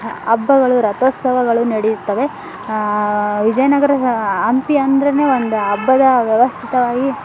ಹಬ್ಬಗಳು ರಥೋತ್ಸವಗಳು ನಡೆಯುತ್ತವೆ ವಿಜಯನಗರದ ಹಂಪಿ ಅಂದರೇನೆ ಒಂದು ಹಬ್ಬದ ವ್ಯವಸ್ಥಿತವಾಗಿ